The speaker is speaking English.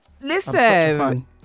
listen